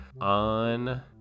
on